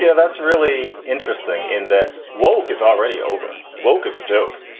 yeah that's really interesting in that woak is already over. woak is a joke.